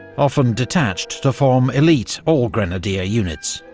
often detached to form elite all-grenadier units,